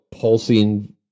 pulsing